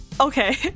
Okay